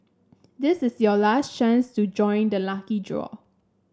this is your last chance to join the lucky draw